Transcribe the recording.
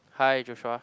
hi Joshua